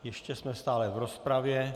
Ještě jsme stále v rozpravě.